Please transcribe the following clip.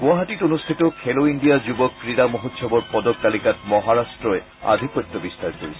গুৱাহাটীত অনুষ্ঠিত খেলো ইণ্ডিয়া যুৱ ক্ৰীড়া মহোৎসৱৰ পদক তালিকাত মহাৰাষ্ট্ৰই আধিপত্য বিস্তাৰ কৰিছে